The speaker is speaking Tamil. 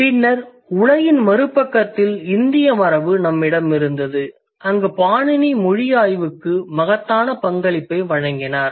பின்னர் உலகின் மறுபக்கத்தில் இந்திய மரபு நம்மிடம் இருந்தது அங்கு பாணினி மொழி ஆய்வுக்கு மகத்தான பங்களிப்பை வழங்கினார்